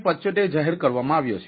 75 જાહેર કરવામાં આવ્યો છે